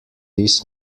this